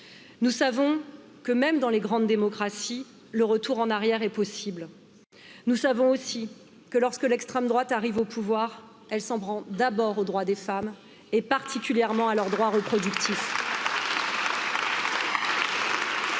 Nous savons que, même dans les grandes démocraties, le retour en arrière est possible, nous savons aussi que, lorsque l'extrême droite arrive au pouvoir, elle s'en prend d'abord aux droits des femmes et particulièrement à leurs droits reproductifs.